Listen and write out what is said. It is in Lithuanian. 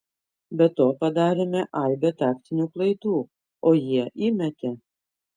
be to padarėme aibę taktinių klaidų o jie įmetė